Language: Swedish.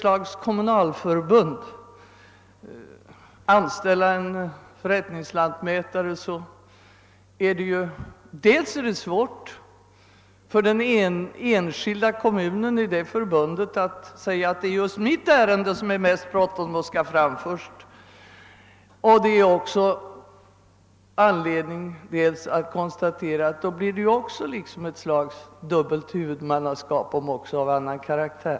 Skall man anställa en förrättningslantmätare i ett kommunalförbund blir det dels svårt för den enskilda kommunen i det förbundet att hävda att det är just den kommunens ärende som det är mest bråttom med, dels finns det anledning att konstatera att det därigenom också uppstår ett dubbelt huvudmannaskap även om det är av en annan karaktär.